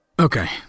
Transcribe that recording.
Okay